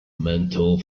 mental